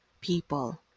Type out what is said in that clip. people